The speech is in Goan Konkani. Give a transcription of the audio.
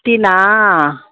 तीं ना आं